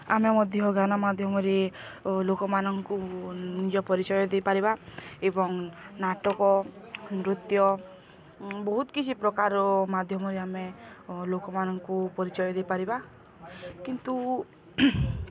ଆମେ ମଧ୍ୟ ଗାନା ମାଧ୍ୟମରେ ଓ ଲୋକମାନଙ୍କୁ ନିଜ ପରିଚୟ ଦେଇପାରିବା ଏବଂ ନାଟକ ନୃତ୍ୟ ବହୁତ କିଛି ପ୍ରକାର ମାଧ୍ୟମରେ ଆମେ ଲୋକମାନଙ୍କୁ ପରିଚୟ ଦେଇପାରିବା କିନ୍ତୁ